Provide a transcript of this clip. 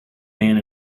man